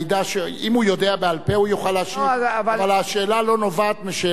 אבל השאלה לא נובעת משאלתו של חבר הכנסת טלב אלסאנע.